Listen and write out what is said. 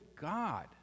God